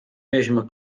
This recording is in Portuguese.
mesma